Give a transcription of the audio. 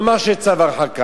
נאמר שיש צו הרחקה.